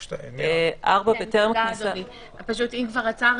(4) בטרם כניסה